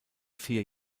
vier